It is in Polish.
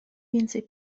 więcej